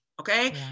Okay